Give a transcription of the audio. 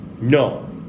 No